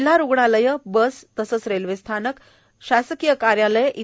जिल्हा रुग्णालयेए बस तसंच रेल्वे स्थानक परिसरए शासकीय कार्यालयेए इ